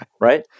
right